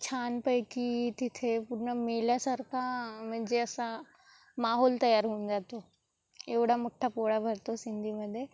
छानपैकी तिथे पूर्ण मेल्यासारखा म्हणजे असा माहोल तयार होऊन जातो एवढा मोठा पोळा भरतो सिंधीमध्ये